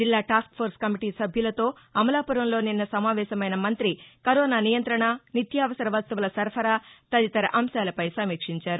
జిల్లా task force committee సభ్యులతో అమలాపురంలో నిన్న సమావేశమైన మంతి కరోనా నియంతణ నిత్యావసర వస్తువుల సరఫరా తదితర అంశాలపై సమీక్షించారు